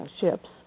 ships